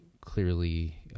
clearly